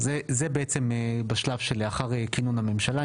זה בעצם בשלב שלאחר כינון הממשלה,